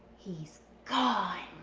he's gone!